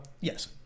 Yes